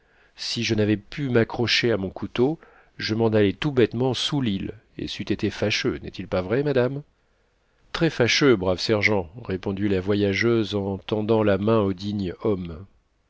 si je n'avais pu m'accrocher à mon couteau je m'en allais tout bêtement sous l'île et c'eût été fâcheux n'est-il pas vrai madame très fâcheux brave sergent répondit la voyageuse en tendant la main au digne homme